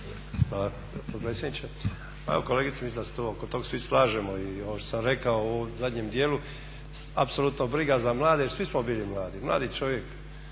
Hvala potpredsjedniče. Pa evo kolegice, mislim da se tu oko toga svi slažemo i ovo što sam rekao u zadnjem dijelu, apsolutno briga za mlade jer svi smo bili mladi. Mladi čovjek,